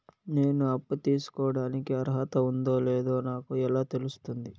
నేను అప్పు తీసుకోడానికి అర్హత ఉందో లేదో నాకు ఎలా తెలుస్తుంది?